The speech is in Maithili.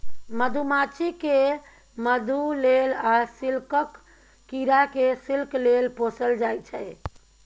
मधुमाछी केँ मधु लेल आ सिल्कक कीरा केँ सिल्क लेल पोसल जाइ छै